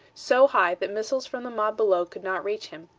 so high that missiles from the mob below could not reach him,